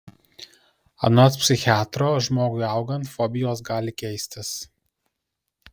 anot psichiatro žmogui augant fobijos gali keistis